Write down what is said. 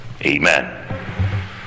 Amen